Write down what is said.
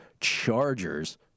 Chargers